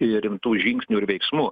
rimtų žingsnių ir veiksmų